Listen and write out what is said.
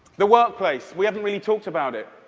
the workplace, we haven't really talked about it.